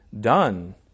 done